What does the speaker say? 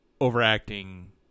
overacting